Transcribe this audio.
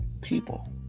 people